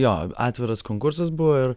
jo atviras konkursas buvo ir